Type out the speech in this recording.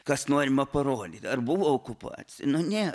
kas norima parodyt ar buvo okupacija nu nėr